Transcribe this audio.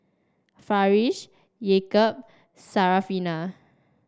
Farish Yaakob Syarafina